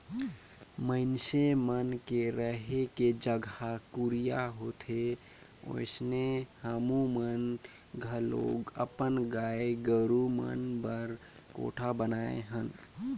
मइनसे मन के रहें के जघा कुरिया होथे ओइसने हमुमन घलो अपन गाय गोरु मन बर कोठा बनाये हन